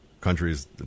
countries